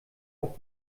auch